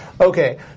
Okay